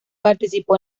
participó